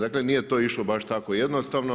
Dakle, nije to išlo baš tako jednostavno.